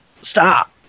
stop